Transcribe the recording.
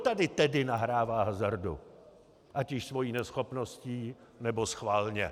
Kdo tady tedy nahrává hazardu ať již svou neschopností, nebo schválně?